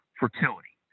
fertility